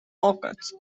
pockets